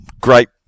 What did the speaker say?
great